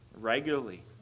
regularly